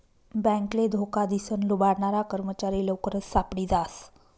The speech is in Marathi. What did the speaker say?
बॅकले धोका दिसन लुबाडनारा कर्मचारी लवकरच सापडी जास